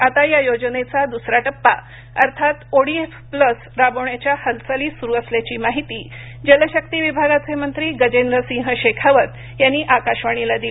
आता या योजनेचा दुसरा टप्पा अर्थात ओडीएफ प्लस राबवण्याच्या हालचाली सुरू असल्याची माहिती जलशक्ती विभागाचे मंत्री गजेंद्र सिंह शेखावत यांनी आकाशवाणीला दिली